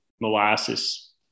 molasses